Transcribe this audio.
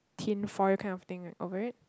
tin foil kind of thing over it